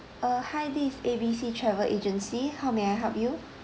uh hi this A B C travel agency how may I help you